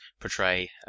portray